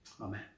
Amen